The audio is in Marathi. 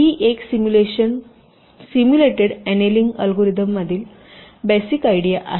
तर ही सिम्युलेशन सिम्युलेटेड अनीलिंग अल्गोरिदममागील बेसिक आयडिया आहे